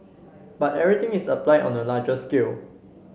but everything is applied on a larger scale